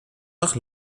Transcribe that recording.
nach